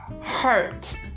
hurt